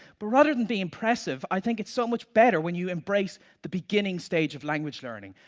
but rather than be impressive, i think it's so much better when you embrace the beginning stage of language learning.